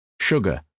Sugar